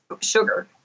sugar